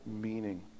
meaning